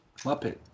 Muppet